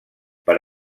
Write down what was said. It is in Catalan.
per